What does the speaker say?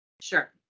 Sure